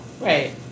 Right